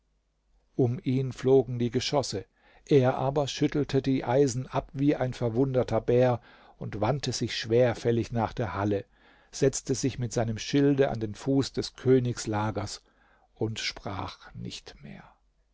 um ihn flogen die geschosse er aber schüttelte die eisen ab wie ein verwundeter bär wandte sich schwerfällig nach der halle setzte sich mit seinem schilde an den fuß des königslagers und sprach nicht mehr